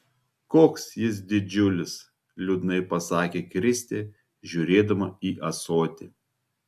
koks jis didžiulis liūdnai pasakė kristė žiūrėdama į ąsotį